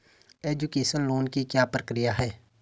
Education loan की क्या प्रक्रिया है?